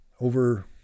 over